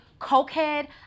cokehead